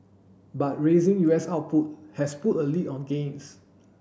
but raising U S output has put a lid on gains